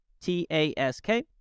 T-A-S-K